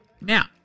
Now